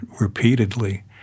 repeatedly